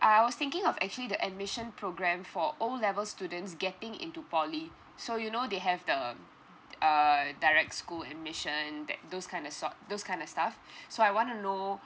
I was thinking of actually the admission program for O level students getting into poly so you know they have the err direct school admission that those kind of sort those kind of stuff so I wanna know